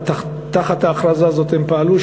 ותחת ההכרזה הזאת הם פעלו,